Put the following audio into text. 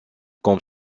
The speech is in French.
comme